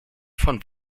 von